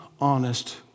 honest